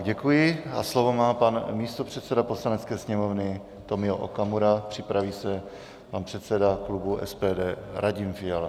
Děkuji a slovo má pan místopředseda Poslanecké sněmovny Tomio Okamura, připraví se pan předseda klubu SPD Radim Fiala.